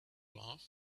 love